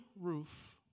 Roof